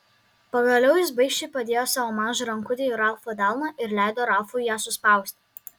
pagaliau jis baikščiai padėjo savo mažą rankutę į ralfo delną ir leido ralfui ją suspausti